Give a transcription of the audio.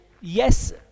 yes